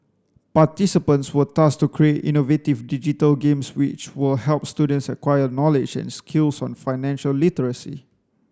participants were tasked to create innovative digital games which will help students acquire knowledge and skills on financial literacy